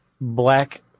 black